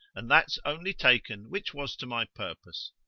and that's only taken which was to my purpose.